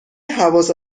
حواس